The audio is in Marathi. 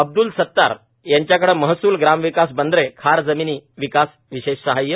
अब्द्रल सतार यांच्याकडे महसूल ग्रामविकास बंदरे खार जमिनी विकास विशेष सहाय्य